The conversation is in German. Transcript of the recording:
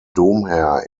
domherr